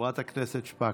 חברת הכנסת שפק.